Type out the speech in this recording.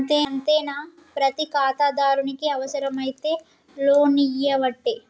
గంతేనా, ప్రతి ఖాతాదారునికి అవుసరమైతే లోన్లియ్యవట్టే